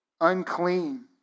unclean